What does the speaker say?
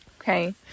okay